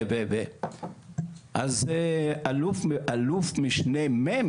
אז אלוף משנה מ'